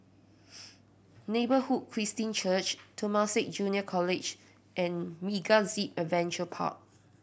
Neighbourhood Christian Church Temasek Junior College and MegaZip Adventure Park